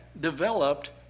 developed